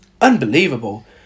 unbelievable